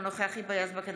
אינו נוכח היבה יזבק,